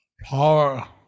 power